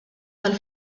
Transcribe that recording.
tal